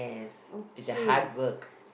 okay